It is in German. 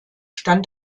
stand